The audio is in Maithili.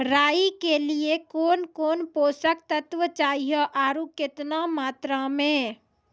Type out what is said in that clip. राई के लिए कौन कौन पोसक तत्व चाहिए आरु केतना मात्रा मे?